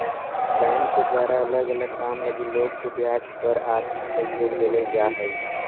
bank के द्वारा अलग अलग काम लगी लोग के ब्याज पर आर्थिक सहयोग देवल जा हई